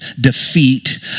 defeat